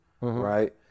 right